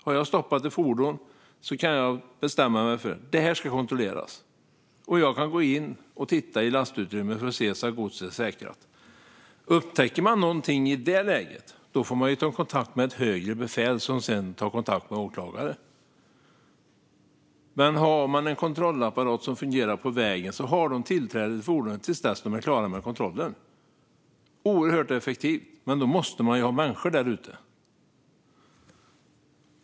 Har jag stoppat ett fordon kan jag bestämma att det ska kontrolleras, och jag kan gå in och titta i lastutrymmet för att se om godset är säkrat. Upptäcker jag något i det läget får jag kontakta ett högre befäl som i sin tur tar kontakt med åklagare. Med en kontrollapparat som fungerar har man alltså tillträde till fordonet tills man är klar med kontrollen. Det är oerhört effektivt, men då måste man ha människor där ute.